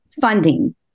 funding